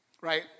right